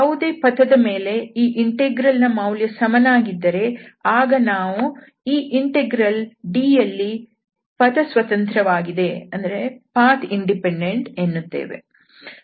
ಯಾವುದೇ ಪಥದ ಮೇಲೆ ಈ ಇಂಟೆಗ್ರಲ್ ನ ಮೌಲ್ಯ ಸಮನಾದ್ದರೆ ಆಗ ನಾವು ಈ ಇಂಟೆಗ್ರಲ್ D ಯಲ್ಲಿ ಪಥ ಸ್ವತಂತ್ರವಾಗಿದೆ ಎನ್ನುತ್ತೇವೆ